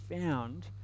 found